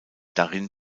darin